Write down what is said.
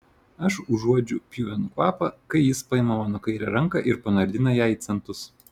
aš užuodžiu pjuvenų kvapą kai jis paima mano kairę ranką ir panardina ją į centus